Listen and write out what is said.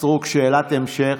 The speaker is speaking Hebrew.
חברת הכנסת סטרוק, שאלת המשך.